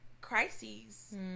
crises